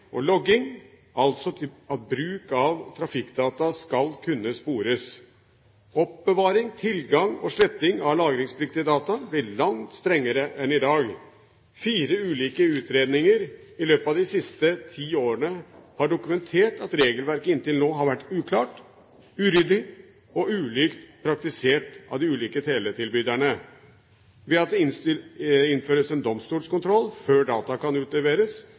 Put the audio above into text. og logging – altså at bruk av trafikkdata skal kunne spores. Oppbevaring, tilgang og sletting av lagringspliktige data blir det langt strengere regler for enn i dag. Fire ulike utredninger i løpet av de siste ti årene har dokumentert at regelverket inntil nå har vært uklart, uryddig og ulikt praktisert av de ulike teletilbyderne. Ved at det innføres en domstolskontroll før data kan utleveres